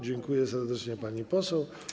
Dziękuję serdecznie, pani poseł.